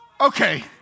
Okay